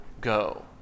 go